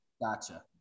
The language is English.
Gotcha